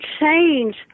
change